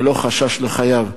ללא חשש לחייהם.